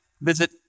Visit